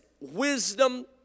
wisdom